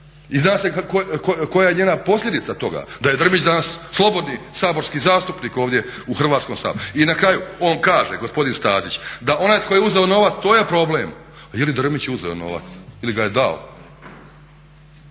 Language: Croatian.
i zna se koja je njena posljedica toga da je Drmić danas slobodni saborski zastupnik ovdje u Hrvatskom saboru. I na kraju, on kaže gospodin Stazić, da onaj tko je uzeo novac to je problem. Je li Drmić uzeo novac ili ga je dao